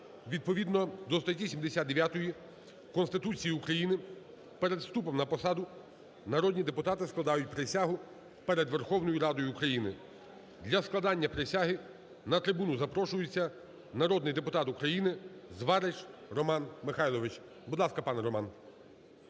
Відповідно до статті 79 Конституції України перед вступом на посаду народні депутати складають присягу перед Верховною Радою України. Для складення присяги на трибуну запрошується народний депутат України Зварич Роман Михайлович. Будь ласка, пане Романе.